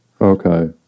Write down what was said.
Okay